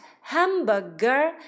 Hamburger